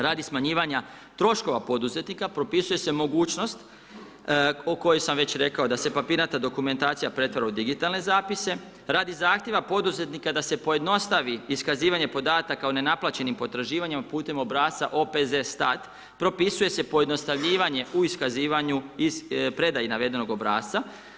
Radi smanjivanja troškova poduzetnika, propisuje se mogućnost o kojoj sam već rekao, da se papirnata dokumentacija pretvara u digitalne zapise, radi zahtjeva poduzetnika da se pojednostavi iskazivanje podataka o nenaplaćenim potraživanjima putem Obrasca OPZ-STAT, propisuje se pojednostavljivanje u iskazivanju iz predaje navedenog Obrasca.